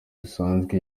zisanzwe